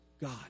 God